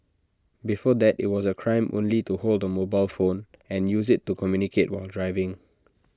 before that IT was A crime only to hold A mobile phone and use IT to communicate while driving